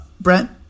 Brent